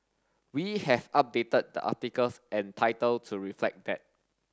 we have updated the articles and title to reflect that